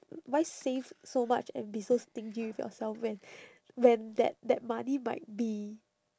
why save so much and be so stingy with yourself when when that that money might be